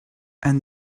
and